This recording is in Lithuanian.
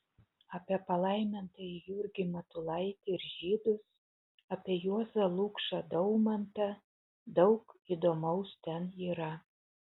apie palaimintąjį jurgį matulaitį ir žydus apie juozą lukšą daumantą daug įdomaus ten yra